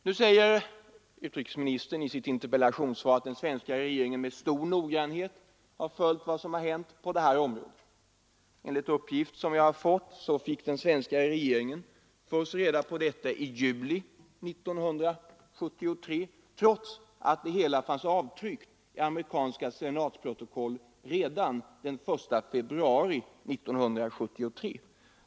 Nu säger utrikesministern i sitt interpellationssvar att den svenska regeringen med stor noggrannhet har följt vad som hänt på detta område. Enligt en uppgift fick den svenska regeringen reda på det vittnesmål jag här nämnt först i juli 1973, trots att det hela fanns tryckt i amerikanska senatsprotokoll redan i februari 1973.